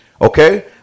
Okay